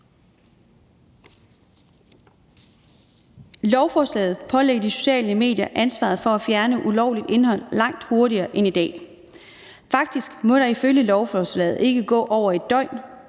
Lovforslaget pålægger de sociale medier ansvaret for at fjerne ulovligt indhold langt hurtigere end i dag. Faktisk må der ifølge lovforslaget ikke gå over et døgn,